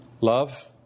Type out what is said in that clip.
Love